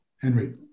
Henry